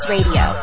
Radio